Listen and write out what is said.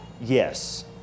Yes